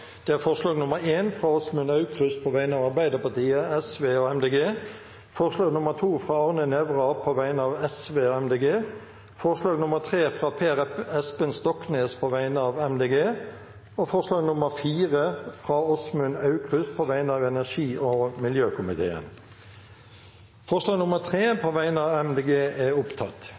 Det er forslag nr. 1, fra Åsmund Aukrust på vegne av Arbeiderpartiet, Sosialistisk Venstreparti og Miljøpartiet De Grønne forslag nr. 2, fra Arne Nævra på vegne av Sosialistisk Venstreparti og Miljøpartiet De Grønne forslag nr. 3, fra Per Espen Stoknes på vegne av Miljøpartiet De Grønne forslag nr. 4, fra Åsmund Aukrust på vegne av energi- og miljøkomiteen Det voteres over forslag